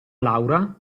laura